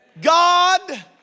God